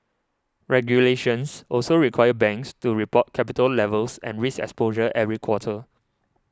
regulations also require banks to report capital levels and risk exposure every quarter